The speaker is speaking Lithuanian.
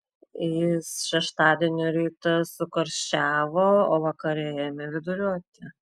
jis šeštadienio rytą sukarščiavo o vakare ėmė viduriuoti